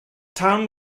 town